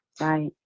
Right